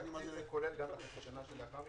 התקציב כולל גם את חצי השנה שלאחר מכן?